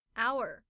hour，